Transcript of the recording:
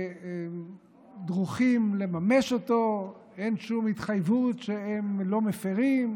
שצריכים לממש אותו, אין שום התחייבות שלא מפירים.